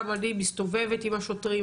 גם אני מסתובבת עם השוטרים,